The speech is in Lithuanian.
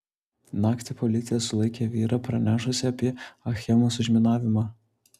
naktį policija sulaikė vyrą pranešusį apie achemos užminavimą